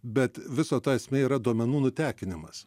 bet viso to esmė yra duomenų nutekinimas